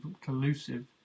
collusive